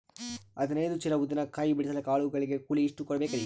ಹದಿನೈದು ಚೀಲ ಉದ್ದಿನ ಕಾಯಿ ಬಿಡಸಲಿಕ ಆಳು ಗಳಿಗೆ ಕೂಲಿ ಎಷ್ಟು ಕೂಡಬೆಕರೀ?